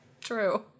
true